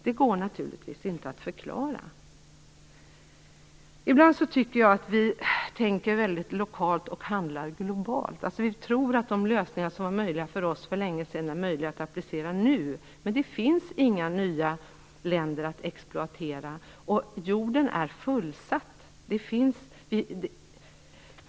Det går naturligtvis inte att förklara. Ibland tycker jag att vi tänker lokalt och handlar globalt. Vi tror alltså att de lösningar som var möjliga för oss för länge sedan är möjliga att applicera nu. Men det finns inga nya länder att exploatera. Jorden är fullsatt.